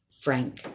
Frank